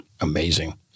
Amazing